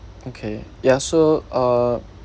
okay ya so uh